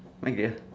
okay